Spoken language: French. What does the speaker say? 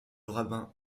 rabbin